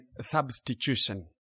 substitution